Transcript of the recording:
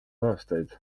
aastaid